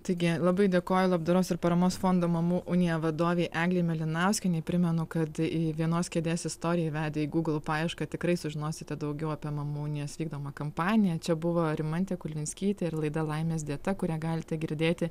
taigi labai dėkoju labdaros ir paramos fondo mamų unija vadovei eglei mėlinauskienei primenu kad į vienos kėdės istoriją įvedė į gūgl paiešką tikrai sužinosite daugiau apie mamų unijos vykdomą kampaniją čia buvo rimantė kuzminskytė ir laida laimės dieta kurią galite girdėti